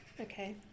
okay